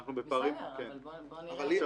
בסדר, אבל בוא ננרמל את זה.